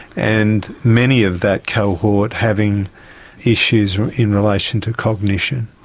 and many of that cohort having issues in relation to cognition.